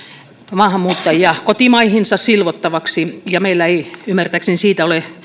maahanmuuttajia kotimaihinsa silvottaviksi ja meillä ei ymmärtääkseni siitä ole